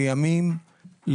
לימים,